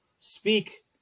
speak